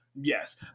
Yes